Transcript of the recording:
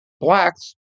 blacks